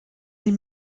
sie